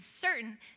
certain